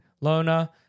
Lona